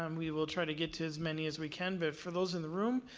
um we will try to get to as many as we can. but for those in the room,